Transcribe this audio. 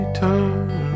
turn